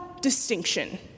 distinction